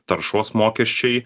taršos mokesčiai